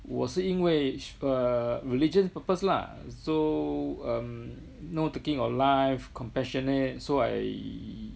我是因为 uh religious purpose lah so um no taking of life compassionate so I